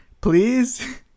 please